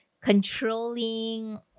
controlling